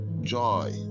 joy